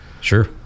Sure